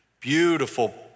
Beautiful